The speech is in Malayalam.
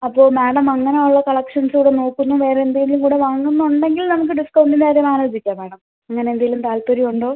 അപ്പോൾ മാഡം അങ്ങനുള്ള കളക്ഷൻസ്സ് ഇവിടെ നോക്കുന്നോ വേറെ എന്തേലുങ്കൂടെ വാങ്ങുന്നുണ്ടെങ്കിൽ നമുക്ക് ഡിസ്ക്കൗണ്ടിൻ്റെ കാര്യം ആലോചിക്കാം മാഡം അങ്ങനെന്തേലും താൽപ്പര്യമുണ്ടോ